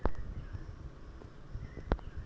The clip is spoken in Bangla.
কার্পাস চাষ কী কী পদ্ধতিতে করা য়ায়?